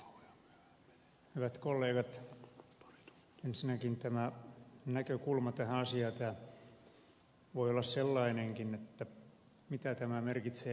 hyvät kollegat ensinnäkin tämä näkökulma tähän asiaan voi olla sellainenkin että mitä tämä merkitsee eduskunnan kannalta